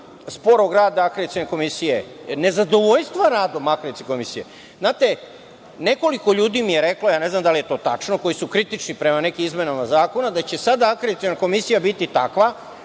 sporog rada Akreditacione komisije, nezadovoljstvo radom Akreditacione komisije… Znate, nekoliko ljudi mi je reklo, ne znam da li je to tačno, koji su kritični prema nekim izmenama zakona, da će sada Akreditaciona komisija biti takva